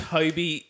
Toby